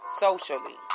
socially